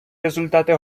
результати